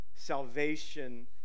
salvation